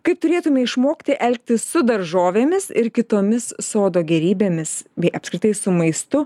kaip turėtume išmokti elgtis su daržovėmis ir kitomis sodo gėrybėmis bei apskritai su maistu